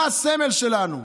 מה הסמל שלנו?